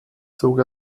zog